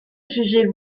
jugez